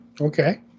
Okay